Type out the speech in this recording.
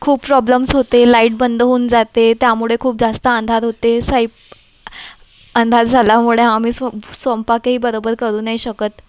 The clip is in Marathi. खूप प्रॉब्लेम्स होते लाईट बंद होऊन जाते त्यामुळे खूप जास्त अंधार होते सैप अंधार झाल्यामुळे आम्ही स्वं स्वंपाक ही बरोबर करू नाही शकत